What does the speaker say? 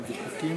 תצביעו